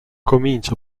comincia